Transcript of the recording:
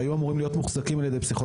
שהיו אמורים להיות מוחזקים על ידי פסיכולוגים